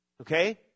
Okay